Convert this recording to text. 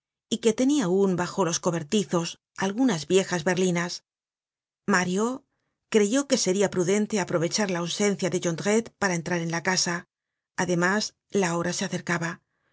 y que tenia aun bajo los cobertizos algunas viejas berlinas mario creyó que seria prudente aprovechar la ausencia de jondrette para entrar en la casa además la hora se acercaba